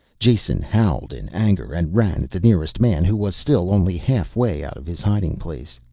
jason howled in anger and ran at the nearest man who was still only halfway out of his hiding place.